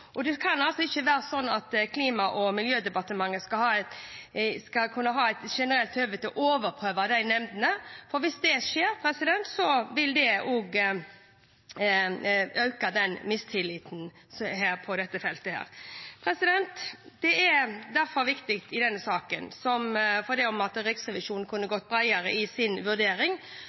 Det kan ikke være slik at Klima- og miljødepartementet skal kunne ha et generelt høve til å overprøve nemndene. Hvis det skjer, vil det også øke mistilliten på dette feltet. Det er derfor viktig for oss i denne saken, selv om Riksrevisjonen kunne vært bredere i sin vurdering,